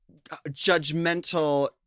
judgmental